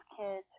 kids